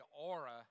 aura